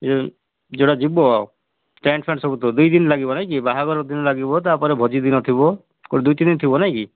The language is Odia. ଯୋଉଟା ଯିବ ଆଉ ଟେଣ୍ଟ୍ ଫ୍ୟାଣ୍ଟ୍ ସବୁ ତ ଦୁଇ ଦିନ ଲାଗିବ ନାଇକି ବାହାଘର ଦିନ ଲାଗିବ ତା'ପରେ ଭୋଜି ଦିନ ଥିବ ଦୁଇ ତିନି ଦିନ ଥିବ ନାଇ କି